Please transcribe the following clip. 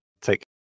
take